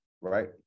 right